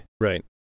Right